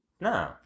no